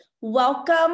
Welcome